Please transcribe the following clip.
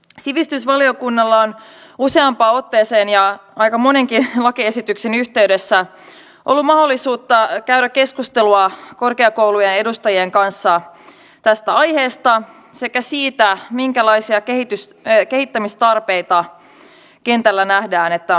sivistysvaliokunnalla on useampaan otteeseen ja aika monenkin lakiesityksen yhteydessä ollut mahdollisuuksia käydä keskustelua korkeakoulujen edustajien kanssa tästä aiheesta sekä siitä minkälaisia kehittämistarpeita kentällä nähdään että on olemassa